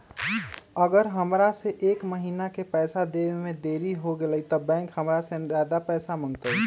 अगर हमरा से एक महीना के पैसा देवे में देरी होगलइ तब बैंक हमरा से ज्यादा पैसा मंगतइ?